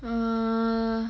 err